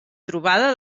trobada